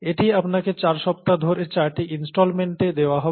এটি আপনাকে চার সপ্তাহ ধরে চারটি ইন্সটলমেন্টে দেওয়া হবে